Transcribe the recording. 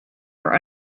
are